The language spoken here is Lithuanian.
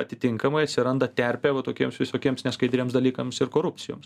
tad atitinkamai atsiranda terpė tokiems visokiems neskaidriems dalykams ir korupcijoms